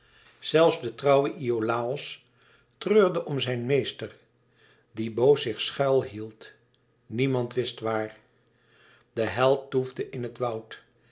zelfs de trouwe iolàos treurde om zijn meester die boos zich schuil hield niemand wist waar de held toefde in het woud